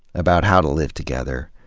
about how to live together,